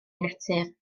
natur